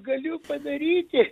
galiu padaryti